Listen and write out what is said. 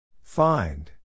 Find